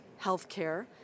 healthcare